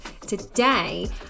Today